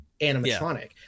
animatronic